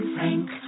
Frank